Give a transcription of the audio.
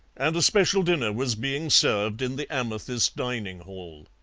and a special dinner was being served in the amethyst dining-hall.